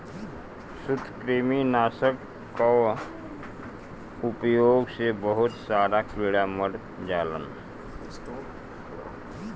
सूत्रकृमि नाशक कअ उपयोग से बहुत सारा कीड़ा मर जालन